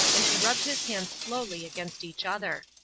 and he rubbed his hands slowly against each other.